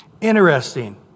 Interesting